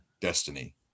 destiny